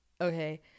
okay